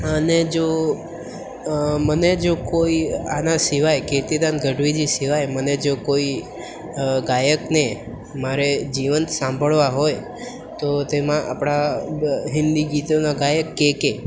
અને જો મને જો કોઈ આના સિવાય કે કિર્તીદાન ગઢવીજી સિવાય મને જો કોઈ ગાયકને મારે જીવંત સાંભળવા હોય તો તેમાં આપણા હિન્દી ગીતોના ગાયક કેકે